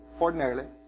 ordinarily